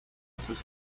sus